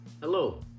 Hello